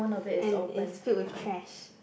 and is filled with chairs